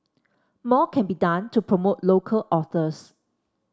more can be done to promote local authors